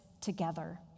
together